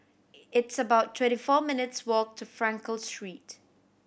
it's about twenty four minutes' walk to Frankel Street